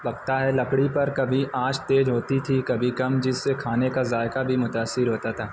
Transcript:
پکتا ہے لکڑی پر کبھی آنچ تیز ہوتی تھی کبھی کم جس سے کھانے کا ذائقہ بھی متاثر ہوتا تھا